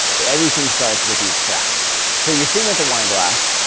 everything starts with these cracks. so you're singing at the wine glass,